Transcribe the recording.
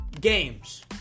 games